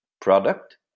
product